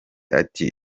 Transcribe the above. ati